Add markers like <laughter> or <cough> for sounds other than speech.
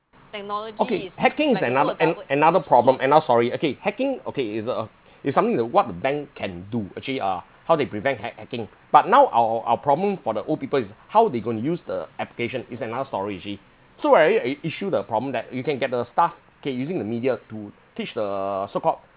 okay hacking is another an another problem ano~ sorry okay hacking okay is a of <breath> is something the what the bank can do actually uh how they prevent hac~ hacking but now our our problem for the old people is how they going to use the application is another story actually so we're at it issue the problem that you can get the staff K using the media to teach the so called